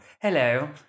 Hello